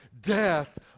death